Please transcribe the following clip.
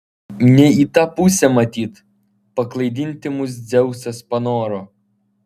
ne į tą pusę matyt paklaidinti mus dzeusas panoro